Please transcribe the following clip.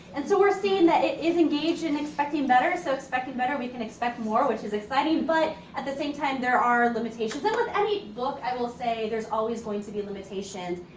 and so, we're seeing that it is engaged in expecting better. so, in expecting better we can expect more, which is exciting but at the same time there are limitations. and with any book, i will say, there's always going to be limitations.